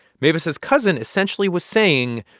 mavis's cousin essentially was saying,